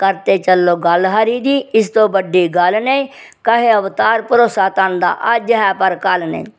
करते चलो गल्ल हरि दी इसतूं बड्डी गल्ल नेईं कहे अवतार भरोसा तन दा अज्ज है पर कल नेईं